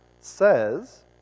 says